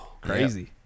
Crazy